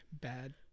bad